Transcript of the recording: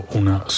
una